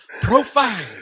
Profile